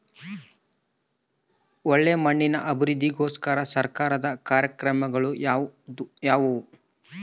ಒಳ್ಳೆ ಮಣ್ಣಿನ ಅಭಿವೃದ್ಧಿಗೋಸ್ಕರ ಸರ್ಕಾರದ ಕಾರ್ಯಕ್ರಮಗಳು ಯಾವುವು?